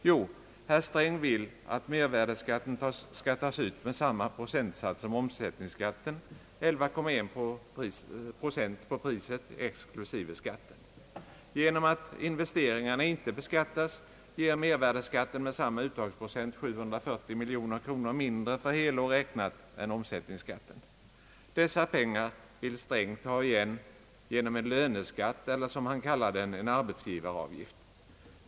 Jo, herr Sträng vill att mervärdeskatten skall tas ut med samma procentsats som omsättningsskatten — 11,1 procent på priset exklusive skatten. Genom att investeringarna inte beskattas ger mervärdeskatten med samma uttagsprocent 740 miljoner kronor mindre för helår räknat än omsättningsskatten. Dessa pengar vill herr Sträng ta igen genom en löneskatt, eller som han kallar den en arbetsgivaravgift.